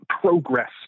progress